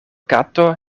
kato